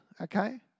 Okay